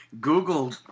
Google